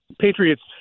Patriots